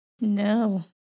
No